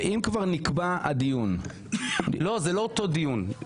אם כבר נקבע דיון --- לא, זה לא אותו דיון.